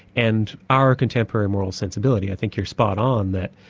and our contemporary moral sensibility. i think you're spot on there.